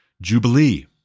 jubilee